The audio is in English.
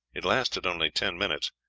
it lasted only ten minutes,